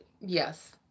yes